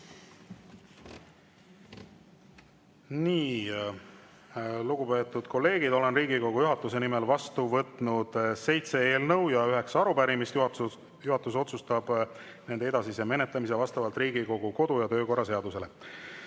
Aitäh! Lugupeetud kolleegid! Olen Riigikogu juhatuse nimel vastu võtnud seitse eelnõu ja üheksa arupärimist, juhatus otsustab nende edasise menetlemise vastavalt Riigikogu kodu- ja töökorra seadusele.